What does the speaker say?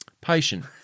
patient